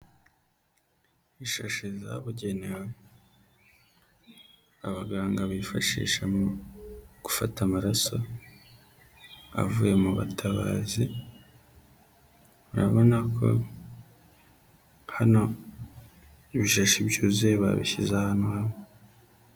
Ishashi zabugenewe abaganga bifashisha mu gufata amaraso avuye mu butabazi urabona ko hano ibishashi byuzuye babishyize ahantu hamwe.